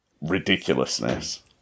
ridiculousness